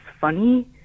funny